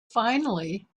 finally